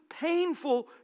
painful